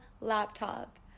laptop